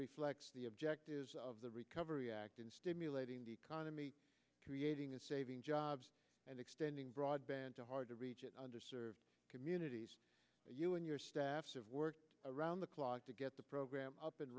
reflects the objectives of the recovery act in relating the economy creating and saving jobs and extending broadband to hard to reach it under served communities you and your staff have worked around the clock to get the program up and